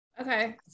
Okay